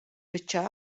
biċċa